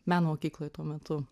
meno mokykloj tuo metu